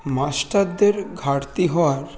মাস্টারদের ঘাটতি হওয়ার